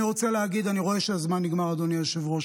אני רואה שהזמן נגמר, אדוני היושב-ראש.